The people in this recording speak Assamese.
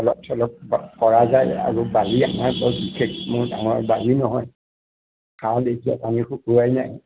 অলপ চলপ কৰা যায় বাৰী আমাৰ বিশেষ মোৰ ডাঙৰ বাৰী নহয় কাৰণ এতিয়া পানী শুকুৱাই নাই